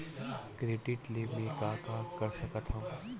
Credit ले मैं का का कर सकत हंव?